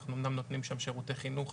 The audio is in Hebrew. אנחנו אמנם נותנים שם שירותי חינוך,